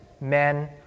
men